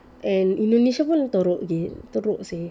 and indonesia pun teruk teruk seh